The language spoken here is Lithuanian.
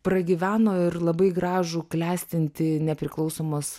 pragyveno ir labai gražų klestinti nepriklausomos